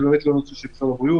זה לא נושא של משרד הבריאות.